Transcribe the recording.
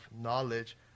knowledge